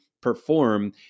perform